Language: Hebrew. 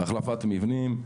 החלפת מבנים.